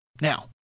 Now